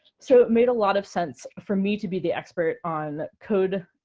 so it made a lot of sense for me to be the expert on code